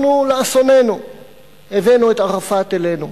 אנחנו לאסוננו הבאנו את ערפאת אלינו,